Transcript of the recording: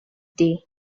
day